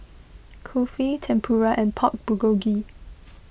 Kulfi Tempura and Pork Bulgogi